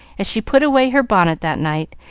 as she put away her bonnet that night,